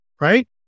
right